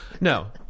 No